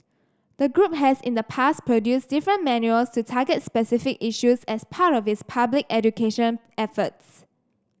the group has in the past produced different manuals to target specific issues as part of its public education efforts